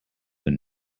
but